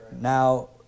Now